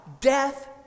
Death